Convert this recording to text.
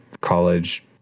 college